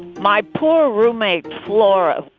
my poor roommate, flora.